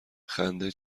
خنده